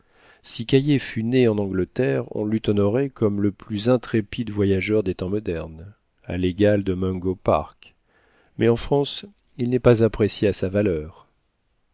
si caillié fût né en angleterre on l'eut honoré comme le plus intrépide voyageur des temps modernes à l'égal de mungo park mais en france il n'est pas apprécié à sa valeur